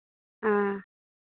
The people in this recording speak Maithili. हँ